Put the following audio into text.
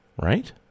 Right